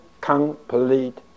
complete